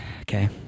Okay